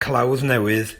clawddnewydd